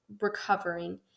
recovering